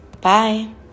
Bye